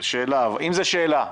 אם זו שאלה.